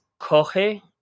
coge